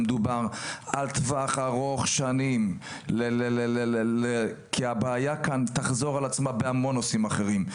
מדובר על טווח ארוך שנים כי הבעיה תחזור על עצמה בנושאים רבים אחרים.